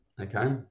Okay